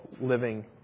living